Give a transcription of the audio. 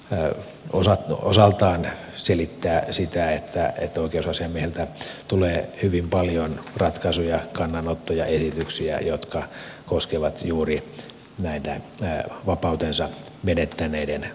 tämä ehkä osaltaan selittää sitä että oikeusasiamieheltä tulee hyvin paljon ratkaisuja kannanottoja esityksiä jotka koskevat juuri näiden vapautensa menettäneiden kohtelua